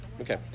Okay